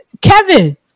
Kevin